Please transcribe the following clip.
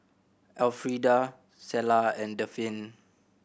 Elfrieda Clella and Daphne